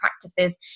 practices